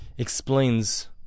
explains